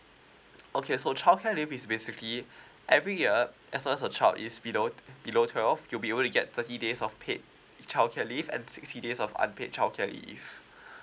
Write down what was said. okay so childcare leave is basically every year as long your child is below below twelve you'll be able to get thirty days of paid childcare leave and sixty days of unpaid childcare leave